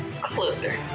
Closer